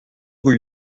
rue